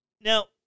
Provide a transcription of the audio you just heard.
Now